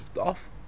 off